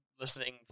listening